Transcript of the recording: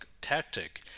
tactic